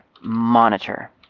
monitor